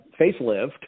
facelift